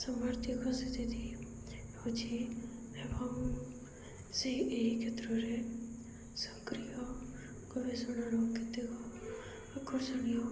ସମାର୍ଥକ ସ୍ଥିତି ହଉଛି ଏବଂ ସେ ଏହି କ୍ଷେତ୍ରରେ ସକ୍ରିୟ ଗବେଷଣାର କେତେକ ଆକର୍ଷଣୀୟ